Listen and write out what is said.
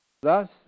Thus